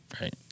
Right